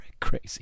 Crazy